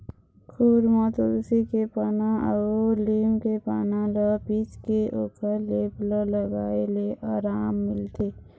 खुर म तुलसी के पाना अउ लीम के पाना ल पीसके ओखर लेप ल लगाए ले अराम मिलथे